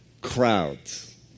crowds